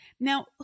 Now